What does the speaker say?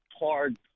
hard